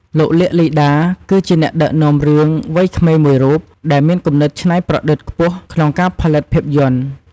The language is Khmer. លោក លៀក លីដា គឺជាអ្នកដឹកនាំរឿងវ័យក្មេងមួយរូបដែលមានគំនិតច្នៃប្រឌិតខ្ពស់ក្នុងការផលិតភាពយន្ត។